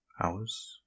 Hours